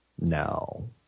No